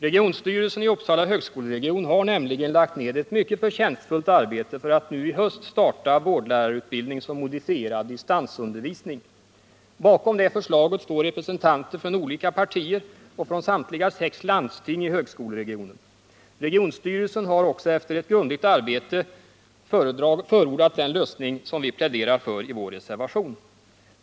Regionstyrelsen i Uppsala högskoleregion har nämligen lagt ned ett mycket förtjänstfullt arbete för att nu i höst starta vårdlärarutbildning som modifierad distansundervisning. Bakom det förslaget står representanter för olika partier och för samtliga sex landsting i högskoleregionen. Regionstyrelsen har också efter ett grundligt arbete förordat den lösning vi pläderar för i vår reservation.